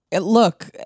Look